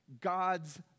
God's